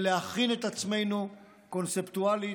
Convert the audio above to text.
להכין את עצמנו קונספטואלית,